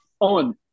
Owen